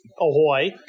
ahoy